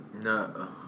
No